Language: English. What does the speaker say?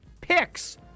picks